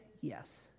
Yes